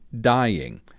dying